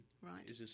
Right